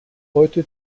heute